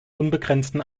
unbegrenzten